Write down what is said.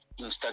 Instagram